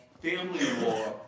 family law,